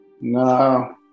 No